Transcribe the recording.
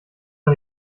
mal